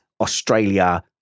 Australia